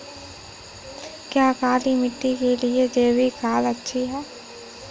क्या काली मिट्टी के लिए जैविक खाद अच्छी है?